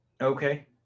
Okay